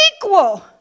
equal